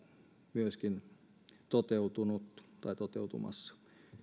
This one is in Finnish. myöskin toteutunut tai toteutumassa